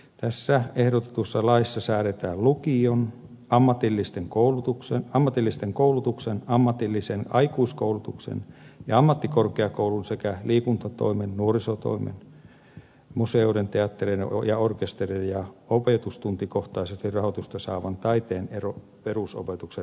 tässä ehdotetussa laissa säädetään lukion ammatillisen koulutuksen ammatillisen aikuiskoulutuksen ja ammattikorkeakoulun sekä liikuntatoimen nuorisotoimen museoiden teattereiden ja orkestereiden ja opetustuntikohtaisesti rahoitusta saavan taiteen ero perusopetuksen rahoituksesta